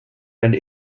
and